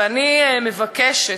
ואני מבקשת,